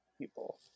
people